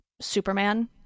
Superman